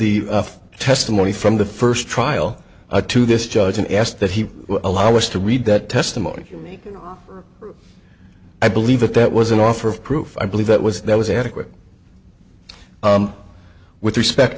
the testimony from the first trial to this judge and asked that he allow us to read that testimony i believe if that was an offer of proof i believe that was that was adequate with respect